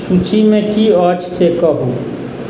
सूचिमे की अछि से कहू